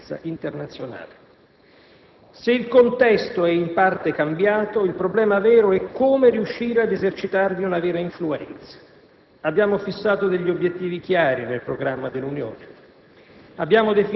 da cui dipende a lungo termine anche la sicurezza internazionale. Se il contesto è in parte cambiato, il problema vero è come riuscire ad esercitarvi una vera influenza.